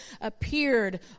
appeared